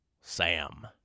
Sam